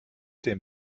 dem